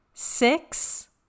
Six